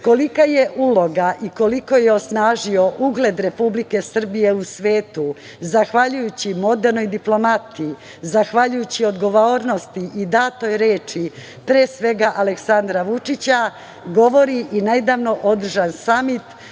Egipat. Kolika je uloga i koliko je osnažio ugled Republike Srbije u svetu, zahvaljujući modernoj diplomatiji, zahvaljujući odgovornosti i datoj reči, pre svega Aleksandra Vučića, govori i nedavno održan Samit